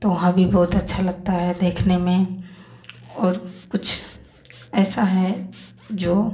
तो वहाँ भी बहुत अच्छा लगता है देखने में और कुछ ऐसा है जो